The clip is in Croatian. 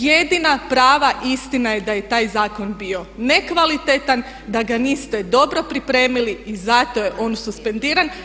Jedina prava istina je da je taj zakon bio nekvalitetan, da ga niste dobro pripremili i zato je on suspendiran.